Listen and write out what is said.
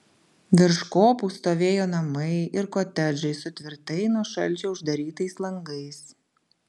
virš kopų stovėjo namai ir kotedžai su tvirtai nuo šalčio uždarytais langais